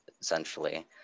essentially